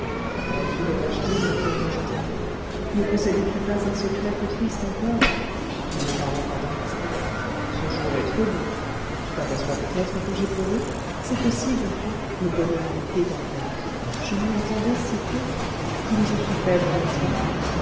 et à qui l'aurais-je dit mon pauvre joseph ne possédais tu pas un secret plus triste encore mais ne parlons pas de tristesse ce jour est trop beau tu t'aperçois peut-être que j'ai pleuré c'est qu'aussi vois-tu le bonheur me débordait je m'y attendais si peu comme je suis faible n'est-ce pas